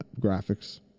graphics